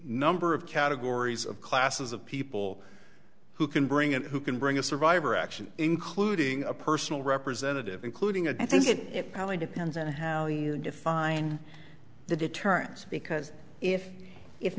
number of categories of classes of people who can bring and who can bring a survivor action including a personal representative including and i think it probably depends on how you define the deterrence because if if